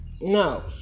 No